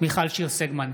מיכל שיר סגמן,